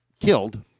killed